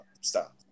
Stop